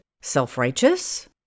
self-righteous